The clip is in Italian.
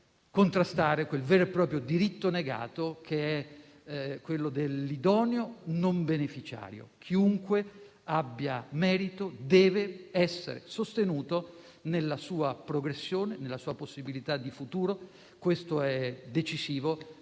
contrastare quel vero e proprio diritto negato che è quello dell'idoneo non beneficiario. Chiunque abbia merito deve essere sostenuto nella sua progressione e nella sua possibilità di futuro: questo è decisivo